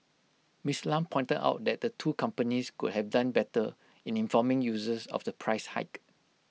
miss Lam pointed out that the two companies could have done better in informing users of the price hike